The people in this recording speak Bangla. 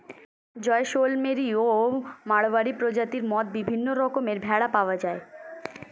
জয়সলমেরি ও মাড়োয়ারি প্রজাতির মত বিভিন্ন রকমের ভেড়া পাওয়া যায়